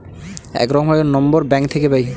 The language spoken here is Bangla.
এক রকমের নম্বর ব্যাঙ্ক থাকে পাই